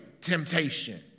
temptation